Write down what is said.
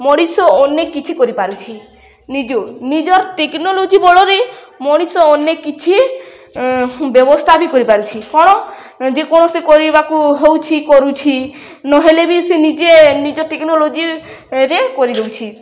ମଣିଷ ଅନେକ କିଛି କରିପାରଛି ନିଜ ନିଜର ଟେକ୍ନୋଲୋଜି ବଳରେ ମଣିଷ ଅନେକ କିଛି ବ୍ୟବସ୍ଥା ବି କରିପାରିଛି କ'ଣ ଯେକୌଣସି କରିବାକୁ ହେଉଛି କରୁଛି ନହେଲେ ବି ସେ ନିଜେ ନିଜ ଟେକ୍ନୋଲୋଜିରେ କରିଦଉଛି